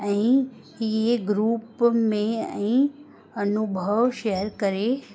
ऐं हीअ ग्रूप में ऐ अनुभव शेयर करे